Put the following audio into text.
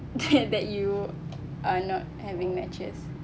that that you are not having matches